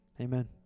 Amen